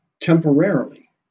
temporarily